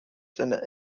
seiner